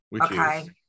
Okay